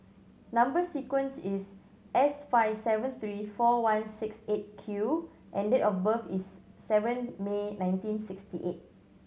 number sequence is S five seven three four one six Eight Q and date of birth is seven May nineteen sixty eight